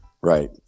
Right